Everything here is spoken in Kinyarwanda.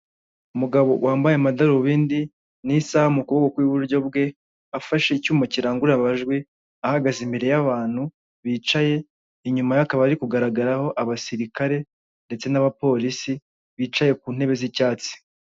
Umugabo wambaye amadarubindi n'isaha mu kuboko Kw'iburyo bwe, afashe icyuma kirangurura amajwi ahagaze imbere y'abantu bicaye inyuma ye hakaba hari kugaragaraho abasirikare ndetse n'abapolisi bicaye ku ntebe z'icyatsi.